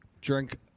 drink